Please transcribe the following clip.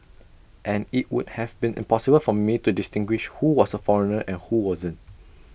and IT would have been impossible for me to distinguish who was A foreigner and who wasn't